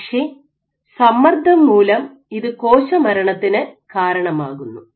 പക്ഷേ സമ്മർദ്ദം മൂലം ഇത് കോശമരണത്തിനു കാരണമാകുന്നു